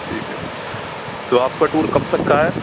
ٹھیک ہے تو آپ کا ٹور کب تک کا ہے